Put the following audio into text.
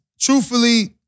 truthfully